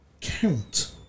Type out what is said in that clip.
count